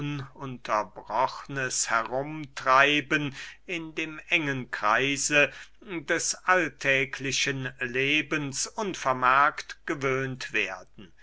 ununterbrochnes herumtreiben in dem engen kreise des alltäglichen lebens unvermerkt gewöhnt werden